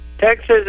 Texas